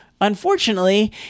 Unfortunately